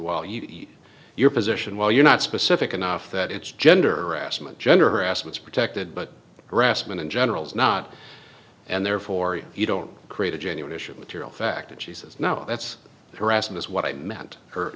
eat your position while you're not specific enough that it's gender rassmann gender harassments protected but rassmann in general is not and therefore you don't create a genuine issue of material fact and she says no that's harassment is what i meant